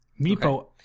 Meepo